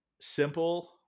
simple